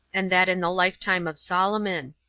and that in the lifetime of solomon.